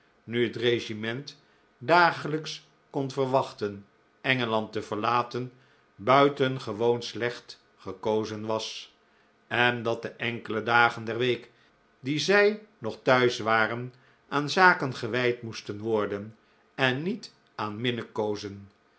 nu het regiment dagelijks kon verwachten engeland te verlaten buitengewoon slecht gekozen was en dat de enkele dagen der week die zij nog thuis waren aan zaken gewijd moesten worden en niet aan